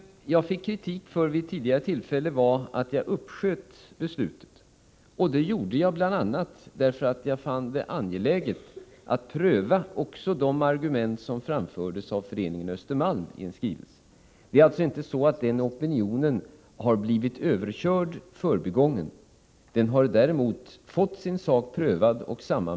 Jag fick vid ett tidigare tillfälle kritik för att jag uppsköt beslutet. Det gjorde jag bl.a. därför att jag fann det angeläget att pröva också de argument som i en skrivelse framfördes av Föreningen Östermalm. Den opinionen har således inte blivit förbigången eller överkörd, utan den har fått sin sak prövad.